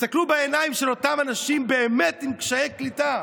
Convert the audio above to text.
תסתכלו בעיניים של אותם אנשים שהם באמת עם קשיי קליטה.